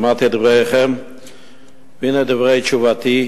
שמעתי את דבריכם והנה דברי תשובתי: